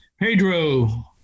Pedro